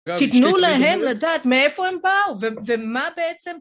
שיתנו להם לדעת מאיפה הם באו ומה בעצם